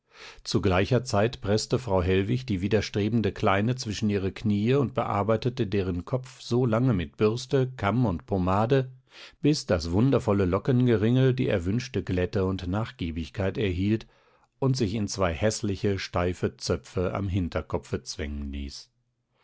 zu gleicher zeit preßte frau hellwig die widerstrebende kleine zwischen ihre kniee und bearbeitete deren kopf so lange mit bürste kamm und pomade bis das wundervolle lockengeringel die erwünschte glätte und nachgiebigkeit erhielt und sich in zwei häßliche steife zöpfe am hinterkopfe zwängen ließ